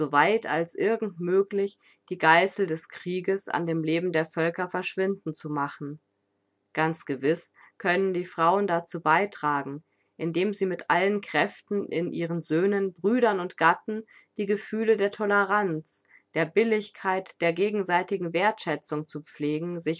weit als irgend möglich die geißel des krieges aus dem leben der völker verschwinden zu machen ganz gewiß können die frauen dazu beitragen indem sie mit allen kräften in ihren söhnen brüdern und gatten die gefühle der toleranz der billigkeit der gegenseitigen werthschätzung zu pflegen